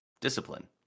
discipline